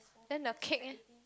then the cake eh